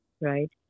right